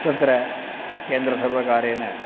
तत्र केन्द्रसर्वकारेण